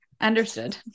Understood